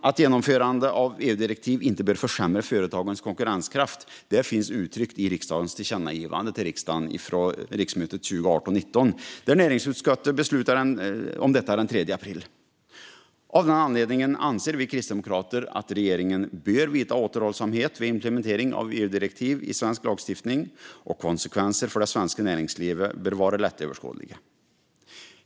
Att genomförande av EU-direktiv inte bör försämra företagens konkurrenskraft finns uttryckt i riksdagens tillkännagivande till regeringen från riksmötet 2018/19, som beslutades den 3 april. Av den anledningen anser vi kristdemokrater att regeringen bör vidta återhållsamhet vid implementering av EU-direktiv i svensk lagstiftning, och konsekvenser för det svenska näringslivet bör vara lättöverskådliga.